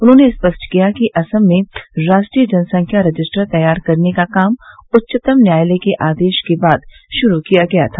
उन्होंने स्पष्ट किया कि असम में राष्ट्रीय जनसंख्या रजिस्टर तैयार करने का काम उच्चतम न्यायालय के आदेश के बाद शुरू किया गया था